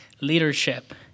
leadership